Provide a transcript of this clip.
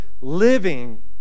living